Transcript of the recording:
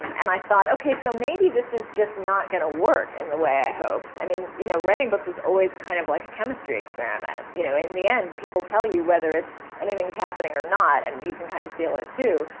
and i thought, ok, so maybe this is just not gonna work in the way i hoped. i mean, you know writing books is always kind of like a chemistry experiment. you know in the end, people tell you whether anything's happening or not. and you can kind of feel it, too.